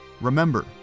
remember